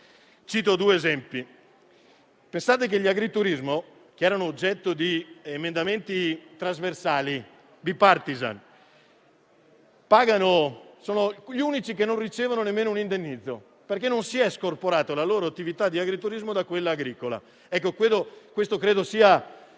Cito due esempi: gli agriturismi, che erano oggetto di emendamenti *bipartisan*, sono gli unici che non ricevono nemmeno un indennizzo, perché non si è scorporata la loro attività di agriturismo da quella agricola. Questo credo sia